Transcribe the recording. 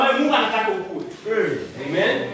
Amen